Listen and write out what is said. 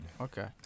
Okay